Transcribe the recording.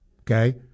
okay